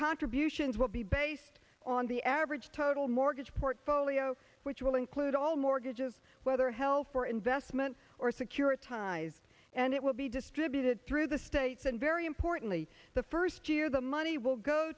contributions will be based on the average total mortgage portfolio which will include all mortgages whether hell for investment or securitized and it will be distributed through the states and very importantly the first year the money will go